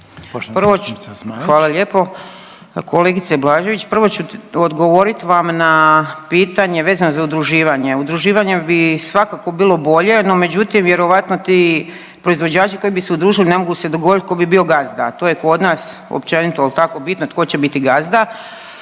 Hvala lijepa. Kolegice Blaževi prvo ću odgovorit vam na pitanje vezan za udruživanje. Udruživanje bi svakako bilo bolje, no međutim vjerojatno ti proizvođači koji bi se udružili ne mogu se dogovoriti ko bi bio gazda, a to je kod nas općenito jel tako bitno tko će biti gazda.